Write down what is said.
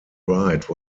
rite